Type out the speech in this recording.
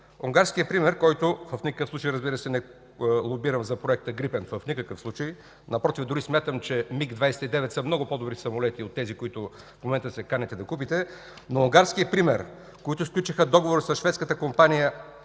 унгарския пример. В никакъв случай, разбира се, не лобирам за проекта „Грипен” – напротив, дори смятам, че МиГ-29 са много по-добри самолети от тези, които в момента се каните да купите. Унгарският пример – които сключиха договор с шведската компания